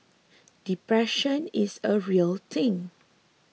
depression is a real thing